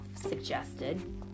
suggested